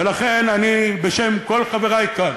ולכן, אני בשם כל חברי כאן